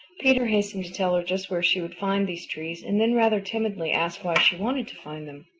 peter hastened to tell her just where she would find these trees and then rather timidly asked why she wanted to find them.